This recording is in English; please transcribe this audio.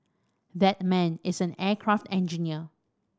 that man is an aircraft engineer